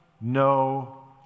no